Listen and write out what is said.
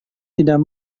tidak